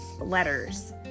letters